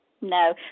no